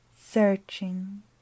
searching